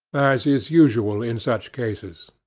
as is usual in such cases.